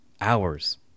hours